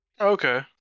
Okay